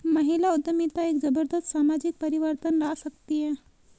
महिला उद्यमिता एक जबरदस्त सामाजिक परिवर्तन ला सकती है